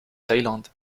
thaïlande